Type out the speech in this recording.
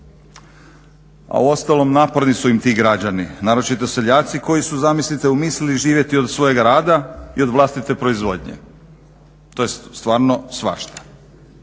A uostalom naporni su im ti građani, naročito seljaci koji su zamislite umislili živjeti od svojega rada i od vlastite proizvodnje, to je stvarno svašta.